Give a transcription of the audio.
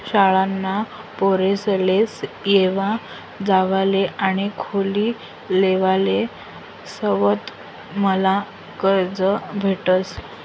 शाळाना पोरेसले येवा जावाले आणि खोली लेवाले सवलतमा कर्ज भेटस